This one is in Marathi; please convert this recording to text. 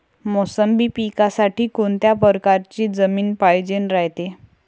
मोसंबी पिकासाठी कोनत्या परकारची जमीन पायजेन रायते?